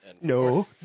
No